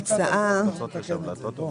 אנחנו בעמוד הבא.